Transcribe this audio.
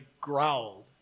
growled